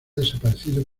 desaparecido